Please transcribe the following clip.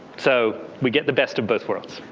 so we get the best of both worlds.